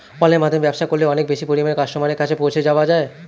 অনলাইনের মাধ্যমে ব্যবসা করলে অনেক বেশি পরিমাণে কাস্টমারের কাছে পৌঁছে যাওয়া যায়?